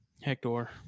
Hector